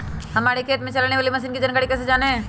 हमारे खेत में चलाने वाली मशीन की जानकारी कैसे जाने?